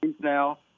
now